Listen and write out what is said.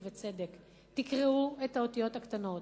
ובצדק: תקראו את האותיות הקטנות.